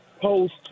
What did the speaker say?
post